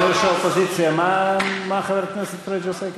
ראש האופוזיציה, מה חבר הכנסת פריג' עושה כאן?